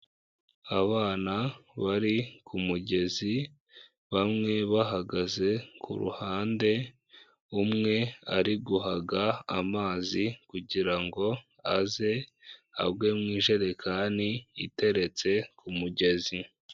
Abana bari ku mugezi, bamwe bahagaze ku ruhande, umwe ari guhaga amazi kugira ngo aze, agwe mu ijerekani iteretse ku mugezi.